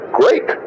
great